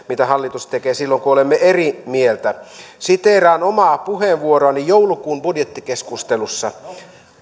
mitä hallitus tekee silloin kun olemme eri mieltä siteeraan omaa puheenvuoroani joulukuun budjettikeskustelussa